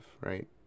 right